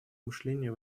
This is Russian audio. мышления